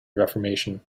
reformation